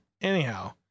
anyhow